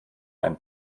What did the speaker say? ein